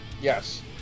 Yes